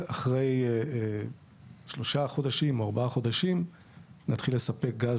אחרי שלושה או ארבעה חודשים נתחיל לספק גז